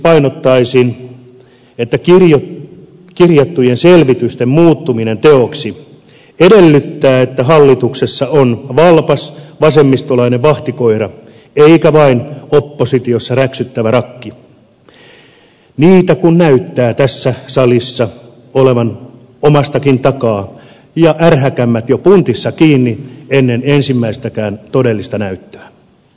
lopuksi painottaisin että kirjattujen selvitysten muuttuminen teoiksi edellyttää että hallituksessa on valpas vasemmistolainen vahtikoira eikä vain oppositiossa räksyttävä rakki niitä kun näyttää tässä salissa olevan omastakin takaa ja ärhäkämmät jo puntissa kiinni ennen ensimmäistäkään todellista näyttöä